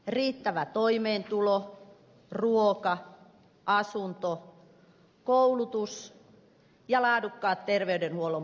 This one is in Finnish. riittävä toimeentulo ruoka asunto koulutus ja laadukkaat terveydenhuollon palvelut